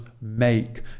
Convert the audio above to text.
make